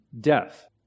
death